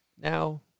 Now